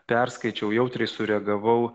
perskaičiau jautriai sureagavau